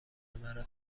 مرا